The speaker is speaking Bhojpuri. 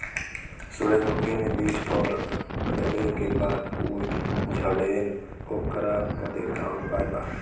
सुरजमुखी मे बीज पड़ले के बाद ऊ झंडेन ओकरा बदे का उपाय बा?